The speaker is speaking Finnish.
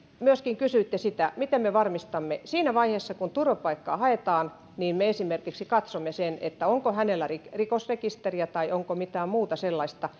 myöskin kysyitte sitä miten me varmistamme siinä vaiheessa kun turvapaikkaa haetaan me katsomme esimerkiksi sen onko hänellä rikosrekisteriä tai onko mitään muuta sellaista